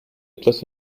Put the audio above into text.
etwas